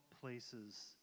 places